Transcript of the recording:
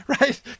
right